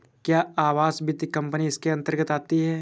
क्या आवास वित्त कंपनी इसके अन्तर्गत आती है?